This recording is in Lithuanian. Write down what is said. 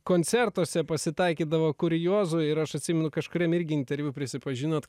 koncertuose pasitaikydavo kuriozų ir aš atsimenu kažkuriam irgi interviu prisipažinot